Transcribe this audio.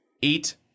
eat